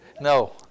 No